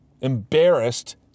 embarrassed